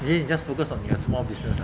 then you just focus on your small business ah